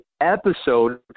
episode